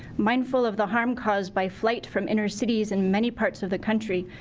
mindful of the harm caused by flight from inner cities in many parts of the country.